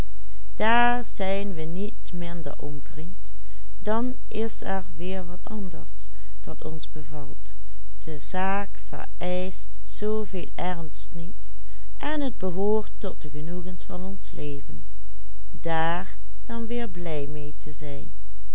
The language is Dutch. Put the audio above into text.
wat anders dat ons bevalt de zaak vereischt zooveel ernst niet en t behoort tot de genoegens van ons leven dààr dan weer blij mee te zijn